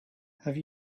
have